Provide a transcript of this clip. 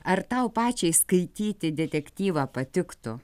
ar tau pačiai skaityti detektyvą patiktų